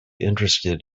interested